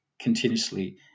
continuously